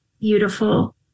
Beautiful